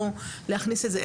או להכניס את זה,